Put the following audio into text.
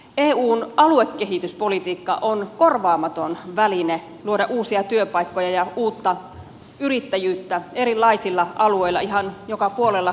eun aluekehityspolitiikka on korvaamaton väline luoda uusia työpaikkoja ja uutta yrittäjyyttä erilaisilla alueilla ihan joka puolella suomea